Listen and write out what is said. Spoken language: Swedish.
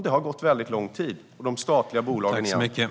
Det har gått väldigt lång tid, och de statliga bolagen har gått före.